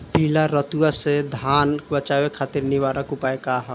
पीला रतुआ से धान बचावे खातिर निवारक उपाय का ह?